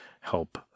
help